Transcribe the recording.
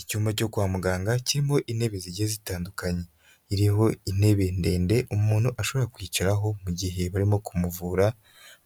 Icyumba cyo kwa muganga kirimo intebe zigiye zitandukanye iriho intebe ndende umuntu ashobora kwicaraho mu gihe barimo kumuvura